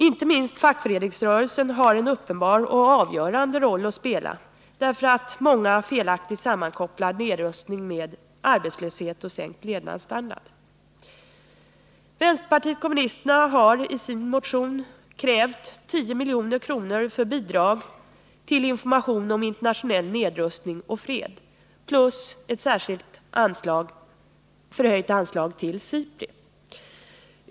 Inte minst fackföreningsrörelsen har en uppenbar och avgörande roll att spela, eftersom många felaktigt sammankopplar nedrustning med arbetslöshet och sänkt levnadsstandard. Vpk har i sin motion krävt 10 miljoner för bidrag till information om internationell nedrustning och fred samt ett särskilt förhöjt anslag till SIPRI.